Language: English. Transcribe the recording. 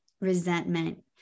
resentment